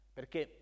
Perché